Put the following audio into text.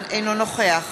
אינו נוכח